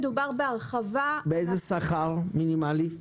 באיזה שכר מינימלי?